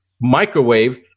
microwave